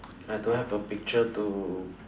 I don't have a picture to